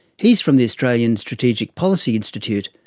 he's from the australian strategic policy institute,